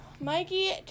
Mikey